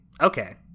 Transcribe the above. okay